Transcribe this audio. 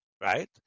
right